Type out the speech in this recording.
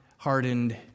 hardened